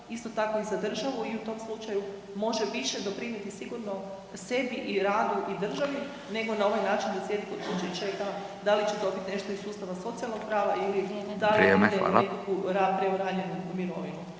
isto tako i za državu, i u tom slučaju može više doprinijeti sigurno sebi i radu i državi nego na ovaj način da sjedi kod kuće i čeka da li će dobiti nešto iz sustava socijalnog prava ili dali nekakvu